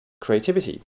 creativity